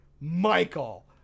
Michael